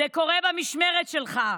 זה קורה במשמרת שלך.